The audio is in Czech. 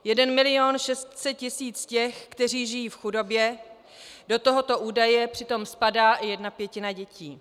Jeden milion 600 tisíc těch, kteří žijí v chudobě, do tohoto údaje přitom spadá jedna pětina dětí.